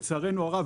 לצערנו הרב,